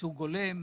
וייצוג הולם,